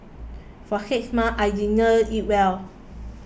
for six months I didn't eat well